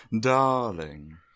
Darling